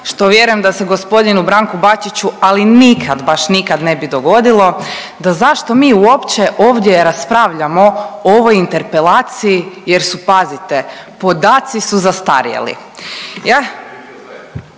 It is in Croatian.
što vjerujem da se gospodinu Branku Bačiću ali nikad, baš nikad ne bi dogodilo da zašto mi uopće ovdje raspravljamo o ovoj interpelaciji jer su, pazite, podaci su zastarjeli.